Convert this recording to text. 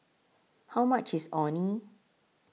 How much IS Orh Nee